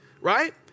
right